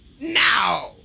Now